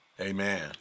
Amen